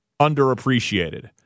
underappreciated